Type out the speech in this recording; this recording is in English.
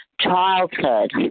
childhood